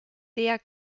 der